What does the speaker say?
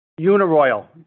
Uniroyal